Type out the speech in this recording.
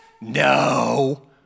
No